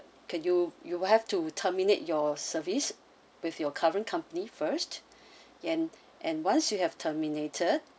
can you you will have to terminate your service with your current company first and and once you have terminated